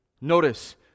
Notice